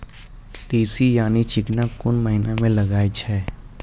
तीसी यानि चिकना कोन महिना म लगाय छै?